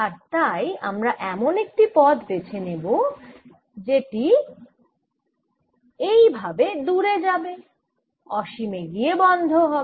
আর তাই আমরা এমন একটি পথ বেছে নেব যেটি ভাবে দূরে যাবে অসীমে গিয়ে বন্ধ হবে